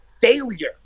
failure